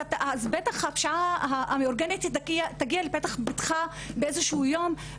אז בטח הפשיעה המאורגנת תגיע לפתח ביתך באיזשהו מקום,